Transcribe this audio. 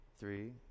three